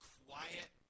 quiet